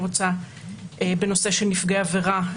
בנושא של נפגעי עבירה,